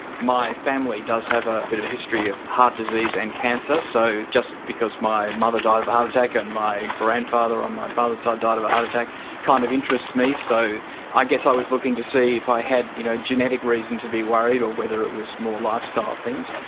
my family does have a bit of a history of heart disease and cancer, so just because my mother died of a heart attack and my grandfather on my father's side died of a heart attack kind of interests me. so i guess i was looking to see if i had you know a genetic reason to be worried or whether it was more lifestyle things.